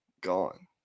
gone